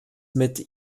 mit